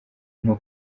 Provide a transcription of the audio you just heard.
nko